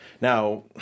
now